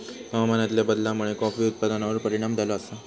हवामानातल्या बदलामुळे कॉफी उत्पादनार परिणाम झालो आसा